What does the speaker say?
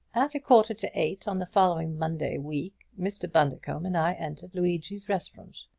at a quarter to eight on the following monday week mr. bundercombe and i entered luigi's restaurant.